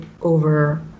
over